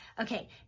Okay